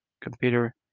computer